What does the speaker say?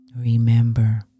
remember